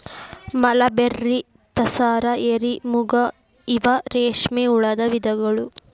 mulberry, tasar, eri, muga ಇವ ರೇಶ್ಮೆ ಹುಳದ ವಿಧಗಳು